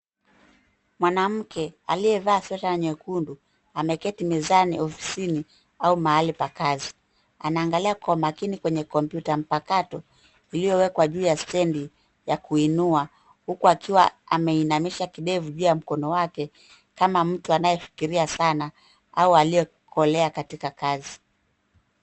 Mwanamke aliyevaa sweta nyekundu ameketi mezani ofisini au mahali pa kazi, anaangalia kwa makini kwenye kompyuta mpakato iliyowekwa juu ya stendi ya kuinuwa huku akiwa ameinamisha kidevu juu ya mkono wake kama mtu anayefikiria sana au aliyekolea katika kazi.